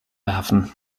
werfen